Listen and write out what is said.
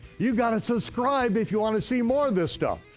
you've got to subscribe if you want to see more of this stuff.